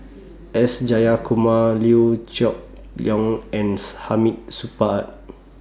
S Jayakumar Liew Geok Leong and Hamid Supaat